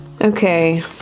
Okay